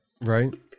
Right